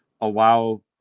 allow